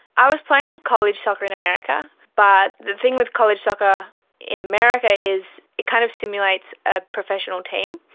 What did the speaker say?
i was playing college soccer in america, but the thing with college soccer in america is it kind of simulates a professional team.